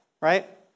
right